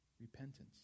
Repentance